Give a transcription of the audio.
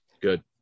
good